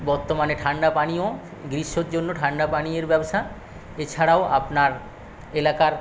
বর্তমানে ঠাণ্ডা পানীয় গ্রীষ্মের জন্য ঠাণ্ডা পানীয়ের ব্যবসা এছাড়াও আপনার এলাকার